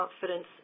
confidence